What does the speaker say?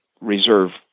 reserve